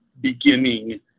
beginning